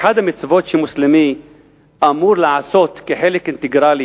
אחת המצוות שמוסלמי אמור לעשות כחלק אינטגרלי